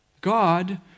God